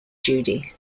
judy